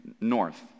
North